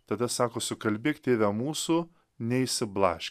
tada sako sukalbėk tėve mūsų neišsiblaš